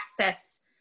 access